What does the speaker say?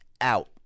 out